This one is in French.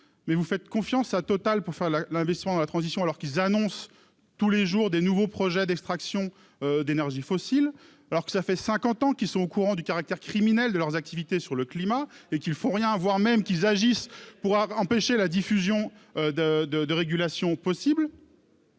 mais vous faites confiance à Total pour faire la l'investissement, la transition alors qu'ils annoncent tous les jours des nouveaux projets d'extraction d'énergies fossiles, alors que ça fait 50 ans qu'ils sont au courant du caractère criminel de leurs activités sur le climat et qu'il fout rien à voir, même qu'ils agissent pour empêcher la diffusion de de de régulation possible.